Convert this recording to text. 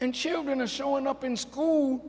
and children are showing up in school